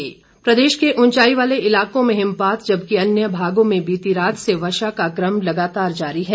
मौसम प्रदेश के ऊंचाई वाले इलाकों में हिमपात जबकि अन्य भागों में बीती रात से वर्षा का क्रम लगातार जारी है